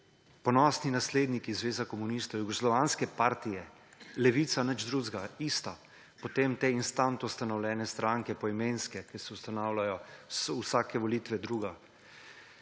ponosni nasledniki Zveze komunistov, jugoslovanske partije; Levica – nič drugega, isto; potem te instant ustanovljene stranke, poimenske, ki se ustanavljajo vsake volitve druga.